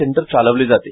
centre चालविले जाते